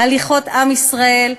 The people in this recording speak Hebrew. "הליכות עַם ישראל",